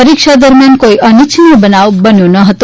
પરીક્ષા દરમિયાન કોઇ અનિચ્છનીય બનાવ બન્યો ન હતો